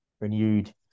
renewed